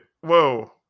Whoa